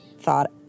thought